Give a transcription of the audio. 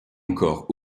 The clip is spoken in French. encore